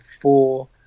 four